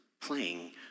playing